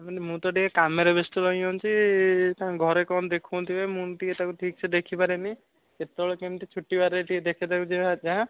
ମୁଁ କହିଲି ମୁଁ ତ ଟିକେ କାମରେ ବ୍ୟସ୍ତ ରହିଯାଉଛି ତାଙ୍କ ଘରେ କ'ଣ ଦେଖୁଥିବେ ମୁଁ ଟିକେ ତାକୁ ଠିକ୍ ସେ ଦେଖିପାରେନି କେତେବେଳେ କେମିତି ଛୁଟି ବାରରେ ଟିକେ ଦେଖେ ତାକୁ ଯାହା